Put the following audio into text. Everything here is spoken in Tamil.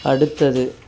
அடுத்தது